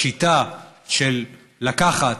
השיטה של לקחת